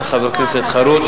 הציבור החרדי והציבור